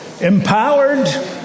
Empowered